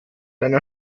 einer